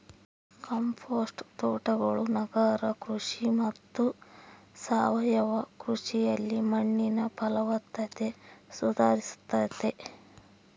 compost ತೋಟಗಳು ನಗರ ಕೃಷಿ ಮತ್ತು ಸಾವಯವ ಕೃಷಿಯಲ್ಲಿ ಮಣ್ಣಿನ ಫಲವತ್ತತೆ ಸುಧಾರಿಸ್ತತೆ